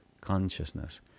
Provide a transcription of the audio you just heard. consciousness